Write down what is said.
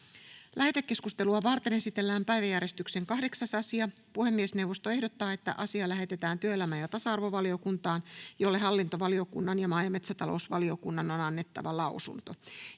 Lähetekeskustelua varten esitellään päiväjärjestyksen 8. asia. Puhemiesneuvosto ehdottaa, että asia lähetetään työelämä- ja tasa-arvovaliokuntaan, jolle hallintovaliokunnan ja maa- ja metsätalousvaliokunnan on annettava lausunto.